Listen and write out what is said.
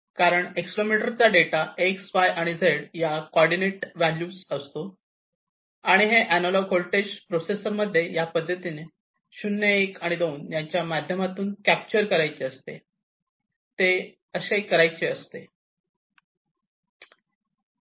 कारण एक्सेलरोमीटरचा data X Y आणि Z या कॉर्डीनेट व्हॅल्यूज असतो आणि हे अनालोग होल्टेज प्रोसेसर मध्ये या पद्धतीने पोर्ट 0 1 आणि 2 यांच्या माध्यमातून कॅप्चर करायचे असते ते असे करायचे असते